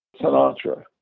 Sinatra